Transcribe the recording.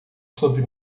sobre